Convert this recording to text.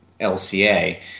LCA